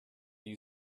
you